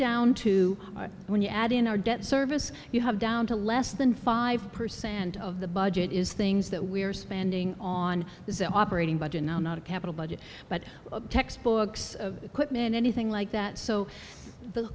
down to when you add in our debt service you have down to less than five percent of the budget is things that we are spending on the operating budget now not a capital budget but textbooks of equipment anything like that so the